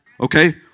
Okay